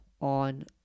on